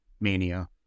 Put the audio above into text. mania